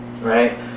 right